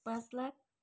पाँच लाख